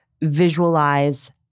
visualize